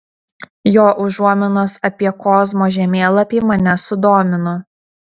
jo užuominos apie kozmo žemėlapį mane sudomino